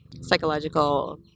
psychological